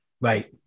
right